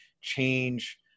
change